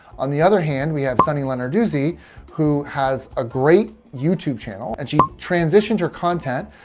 on the other hand, we have sunny lenarduzzi who has a great youtube channel and she transitioned her content.